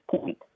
point